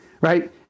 right